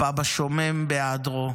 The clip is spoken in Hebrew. הפאב השומם בהיעדרו,